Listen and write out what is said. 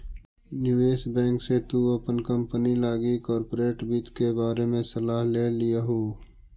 निवेश बैंक से तु अपन कंपनी लागी कॉर्पोरेट वित्त के बारे में सलाह ले लियहू